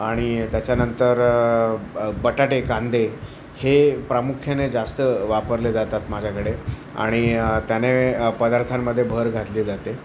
आणि त्याच्यानंतर बटाटे कांदे हे प्रामुख्याने जास्त वापरले जातात माझ्याकडे आणि त्याने पदार्थांमध्ये भर घातली जाते